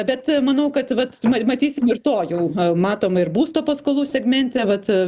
bet manau kad vat ma matysim ir to jau matom ir būsto paskolų segmente vat